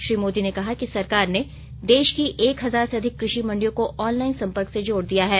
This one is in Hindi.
श्री मोदी ने कहा कि सरकार ने देश की एक हजार से अधिक कृषि मंडियों को ऑनलाइन संपर्क से जोड़ दिया है